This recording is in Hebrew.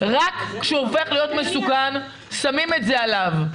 רק כשהוא הופך להיות מסוכן שמים את זה עליו.